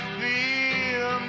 feel